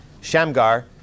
Shamgar